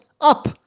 up